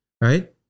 right